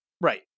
Right